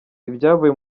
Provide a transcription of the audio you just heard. ibyavuye